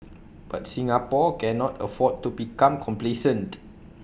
but Singapore cannot afford to become complacent